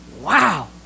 Wow